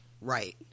Right